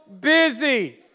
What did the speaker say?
busy